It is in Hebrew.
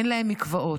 אין להם מקוואות.